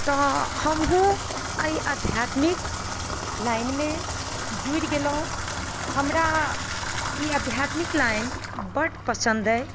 तऽ हमहूँ एहि आध्यात्मिक लाइनमे जुड़ि गेलहुँ हमरा ई आध्यात्मिक लाइन बड्ड पसन्द अइ